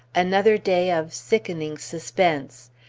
another day of sickening suspense.